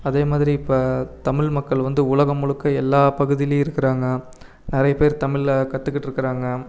அதே மாதிரி இப்போ தமிழ் மக்கள் வந்து உலகம் முழுக்க எல்லாம் பகுதியிலையும் இருக்குறாங்க நிறைய பேர் தமிழ்ல கற்றுக்கிட்டு இருக்குறாங்க